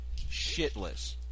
shitless